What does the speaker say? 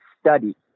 study